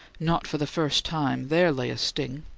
not for the first time there lay a sting!